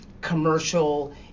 commercial